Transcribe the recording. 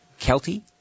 Kelty